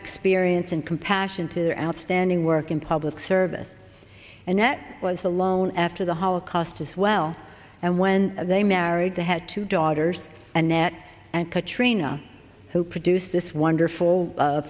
experience and compassion to their outstanding work in public service and yet was alone after the holocaust as well and when they married they had two daughters and nat and katrina who produced this wonderful